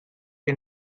que